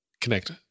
Connect